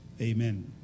Amen